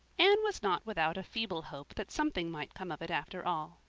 anne was not without a feeble hope that something might come of it after all.